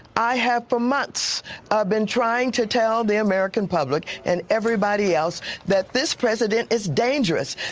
i have for months ah been trying to tell the american public and everybody else that this president is dangerous,